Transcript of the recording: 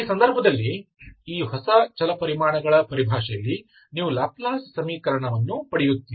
ಈ ಸಂದರ್ಭದಲ್ಲಿ ಈ ಹೊಸ ಚಲಪರಿಮಾಣಗಳ ಪರಿಭಾಷೆಯಲ್ಲಿ ನೀವು ಲ್ಯಾಪ್ಲೇಸ್ ಸಮೀಕರಣವನ್ನು ಪಡೆಯುತ್ತೀರಿ